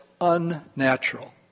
unnatural